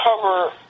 cover